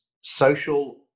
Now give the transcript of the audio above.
social